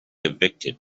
evicted